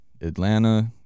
Atlanta